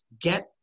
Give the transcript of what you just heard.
get